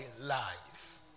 life